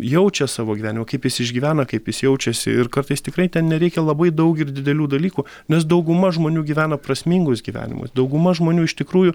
jaučia savo gyvenime kaip jis išgyvena kaip jis jaučiasi ir kartais tikrai ten nereikia labai daug ir didelių dalykų nes dauguma žmonių gyvena prasmingus gyvenimus dauguma žmonių iš tikrųjų